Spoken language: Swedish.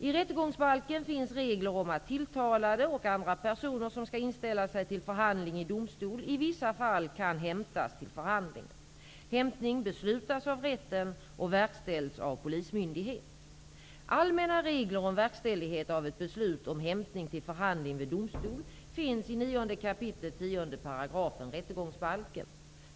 I rättegångsbalken finns regler om att tilltalade och andra personer som skall inställa sig till förhandling i domstol i vissa fall kan hämtas till förhandlingen. 10 § rättegångsbalken.